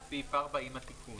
מצביעים על סעיף 4 עם התיקון.